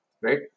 right